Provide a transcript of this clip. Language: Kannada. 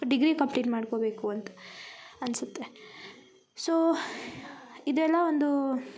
ಡಿಗ್ರಿ ಕಂಪ್ಲೀಟ್ ಮಾಡ್ಕೊಬೇಕು ಅಂತ ಅನ್ಸುತ್ತೆ ಸೋ ಇದೆಲ್ಲ ಒಂದು